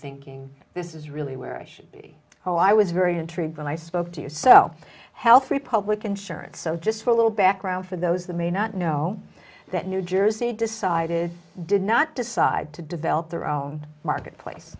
thinking this is really where i should be oh i was very intrigued when i spoke to you so health republican surance so just a little background for those that may not know that new jersey decided did not decide to develop their own marketplace